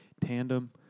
tandem